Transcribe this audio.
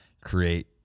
create